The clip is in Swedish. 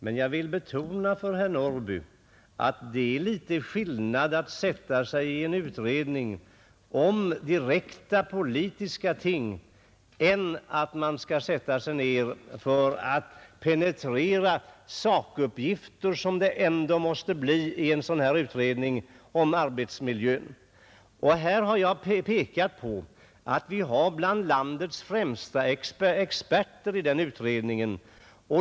Men jag vill betona för herr Norrby att det är litet skillnad mellan att sätta sig i en utredning om direkta politiska ting och sätta sig ned för att penetrera sakuppgifter, som det ändå måste bli i en sådan här utredning om arbetsmiljön. Här har jag pekat på att vi har några bland landets främsta experter i denna utredning.